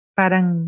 parang